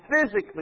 physically